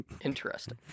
Interesting